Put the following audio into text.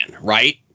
right